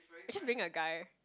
you're just being a guy